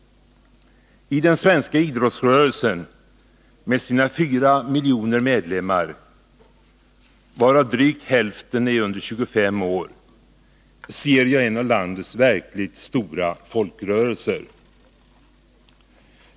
I den svenska idrottsrörelsen med sina fyra miljoner medlemmar, av vilka drygt hälften är under 25 år, ser jag en av landets verkligt stora folkrörelser.